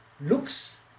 looks